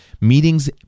meetings